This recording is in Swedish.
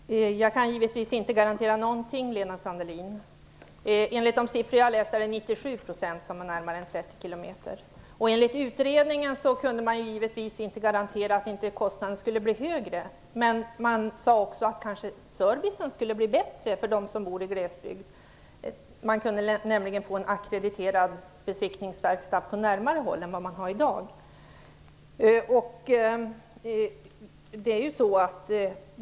Herr talman! Jag kan givetvis inte garantera någonting, Lena Sandlin. Enligt de siffror jag har läst är det är det 97 % som har närmare än 30 km. Enligt utredningen kunde man givetvis inte garantera att inte kostnaden skulle bli högre, men man sade också att kanske servicen skulle bli bättre för dem som bor i glesbygd. Man kunde nämligen få en ackrediterad besiktningsverkstad på närmare håll än vad man har i dag.